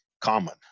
common